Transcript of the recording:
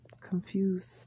confused